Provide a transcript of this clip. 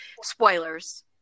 spoilers